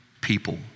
people